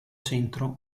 centro